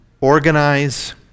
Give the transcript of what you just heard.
organize